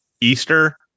easter